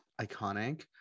Iconic